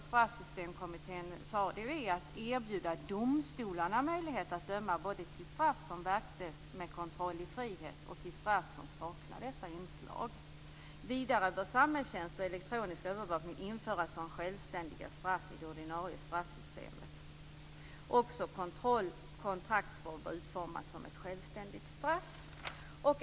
Straffsystemkommitténs förslag är att erbjuda domstolarna möjlighet att döma både till straff som verkställs med kontroll i frihet och till straff som saknar detta inslag. Vidare bör samhällstjänst och elektronisk övervakning införas som självständiga straff i det ordinarie straffsystemet. Också kontraktsvård bör utformas som ett självständigt straff.